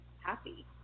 happy